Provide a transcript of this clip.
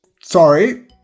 Sorry